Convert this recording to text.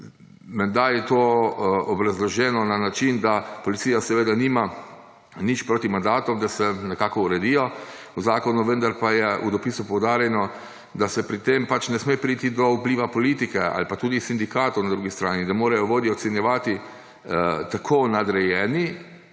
menda je to obrazloženo na način, da policija seveda nima nič proti mandatom, da se nekako uredijo v zakonu, vendar pa je v dopisu poudarjeno, da pri tem ne sme priti do vpliva politike ali pa tudi sindikatov na drugi strani, da morajo vodje ocenjevati tako nadrejeni